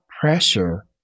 pressure